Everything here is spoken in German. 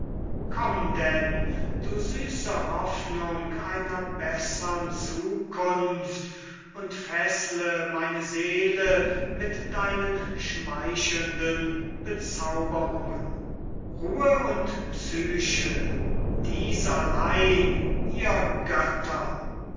komm denn du süße hoffnung einer bessern zukunft und feßle meine seele mit deinen schmeichelnden bezauberungen ruhe und psyche dieses allein ihr götter